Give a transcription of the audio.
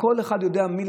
כל אחד יודע את מי